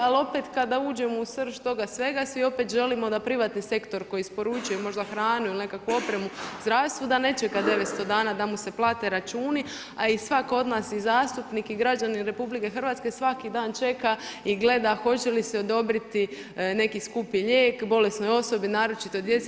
Ali opet kada uđemo u srž toga svega, svi opet želimo da privatni sektor koji isporučuje možda hranu ili nekakvu opremu zdravstvu da ne čeka 900 dana da mu se plate računi, a i svatko od nas i zastupnik i građanin Republike Hrvatske svaki dan čeka i gleda hoće li se odobriti neki skupi lijek bolesnoj osobi, naročito djeci.